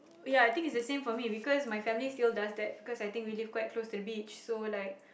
ya I think it's the same for me because my family still does that because I think we live quite close to the beach so like